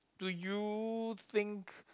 do you think